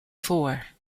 four